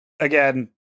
Again